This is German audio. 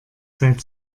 seit